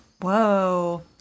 Whoa